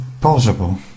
possible